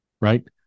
right